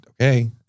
okay